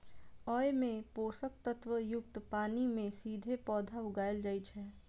अय मे पोषक तत्व युक्त पानि मे सीधे पौधा उगाएल जाइ छै